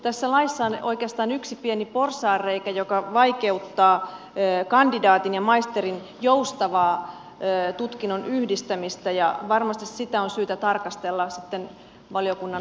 tässä laissa on oikeastaan yksi pieni porsaanreikä joka vaikeuttaa kandidaatin ja maisterin joustavaa tutkinnon yhdistämistä ja varmasti sitä on syytä tarkastella sitten valiokunnan lakikäsittelyssä